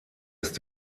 ist